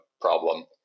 problem